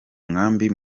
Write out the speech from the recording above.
nkambi